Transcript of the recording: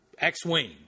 X-Wing